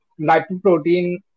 lipoprotein